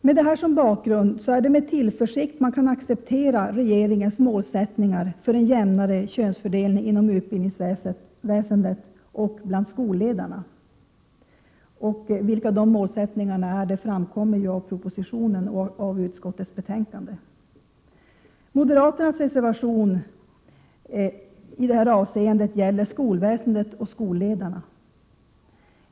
Med detta som bakgrund är det med tillförsikt man kan acceptera regeringens målsättningar för en jämnare könsfördelning inom utbildningsväsendet och bland skolledarna. Vilka de målsättningarna är framgår av propositionen och utskottsbetänkandet. Moderaternas reservation gäller skolväsendet och skolledarna.